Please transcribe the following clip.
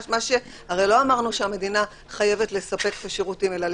הרי לא אמרנו שהמדינה חייבת לספק את השירותים האלה,